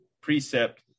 precept